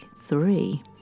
three